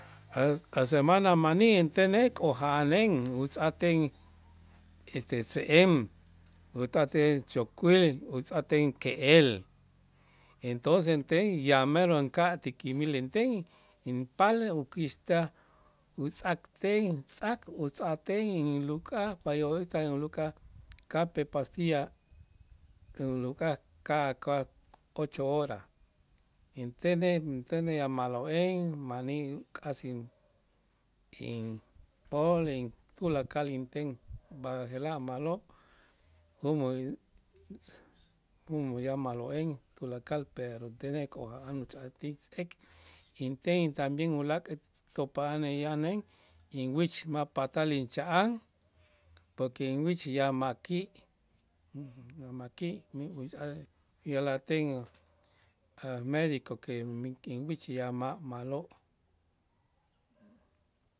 A' semana manij intenej k'oja'anen utz'ajten este se'en utatej chokwil utz'ajten ke'el, entonces inten ya mero inka'aj ti kimil inten inpaal ukäxtaj utz'ajten tz'ak utz'ajten inluk'aj b'ay orita inluk'aj kape pastilla inluk'aj cada cua ocho horas, intenej ya ma'lo'en manij k'as in- inpol in tulakal inten b'aje'laj ma'lo' yan ma'lo'en tulakal pero intenej k'oja'an utz'aj ti tz'eek inten también ulaak' eto pa'anej yanen inwich ma' patal incha'an, porque inwich ya ma'ki' ya ma'ki' ya'lajten a' medico que mi inwich ya ma' ma'lo'.